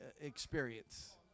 experience